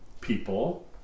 people